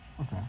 Okay